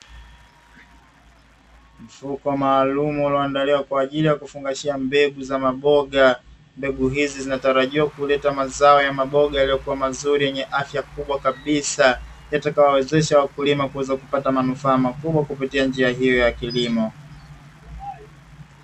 Mfuko maalumu uliondaliwa kwa ajili ya kufungashia mbegu za maboga, mbegu hizi zinatarajia kuleta mazao ya maboga yenye afya bora yaliyokomaa kabisa yatakayo wawezesha wakulima kuweza kupata manufaa makubwa kupitia njia hiyo ya kilimo.